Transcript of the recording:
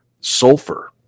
sulfur